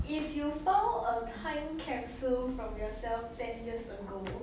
if you found a time capsule from yourself ten years ago